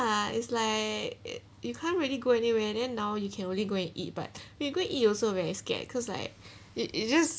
ya it's like you can't really go anywhere then now you can only go and eat but we go and eat also very scared cause like it it's just